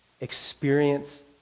Experience